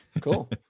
Cool